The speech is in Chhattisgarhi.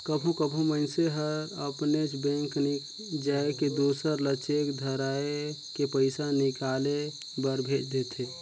कभों कभों मइनसे हर अपनेच बेंक नी जाए के दूसर ल चेक धराए के पइसा हिंकाले बर भेज देथे